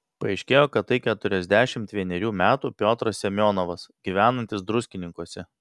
paaiškėjo kad tai keturiasdešimt vienerių metų piotras semionovas gyvenantis druskininkuose